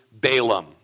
Balaam